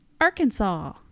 arkansas